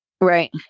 Right